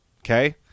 okay